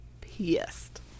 pissed